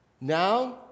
Now